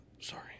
sorry